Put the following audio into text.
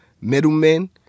middlemen